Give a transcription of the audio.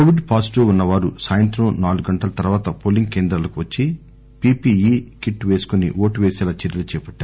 Covid positive ఉన్న వారు సాయంత్రం నాలుగు గంటల తర్వాత పోలింగ్ కేంద్రాలకు వచ్చి పిపిఈ కిట్ వేసుకొని ఓటు వేసేలా చర్యలు చేపట్టారు